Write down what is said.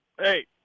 Hey